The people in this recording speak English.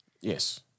Yes